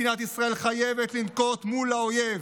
מדינת ישראל חייבת לנקוט מול האויב,